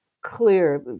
clear